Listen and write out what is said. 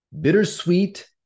Bittersweet